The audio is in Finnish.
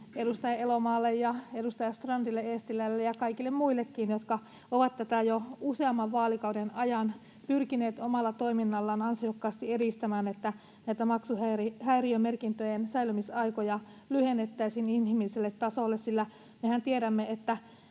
edustaja Elomaalle ja edustaja Strandille, Eestilälle ja kaikille muillekin, jotka ovat jo useamman vaalikauden ajan pyrkineet omalla toiminnallaan ansiokkaasti edistämään tätä, että maksuhäiriömerkintöjen säilymisaikoja lyhennettäisiin inhimilliselle tasolle, sillä mehän tiedämme, että